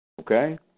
Okay